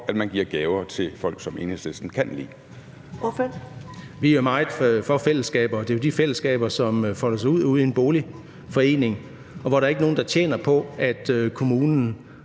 at der gives gaver til folk, som Enhedslisten kan lide.